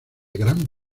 gran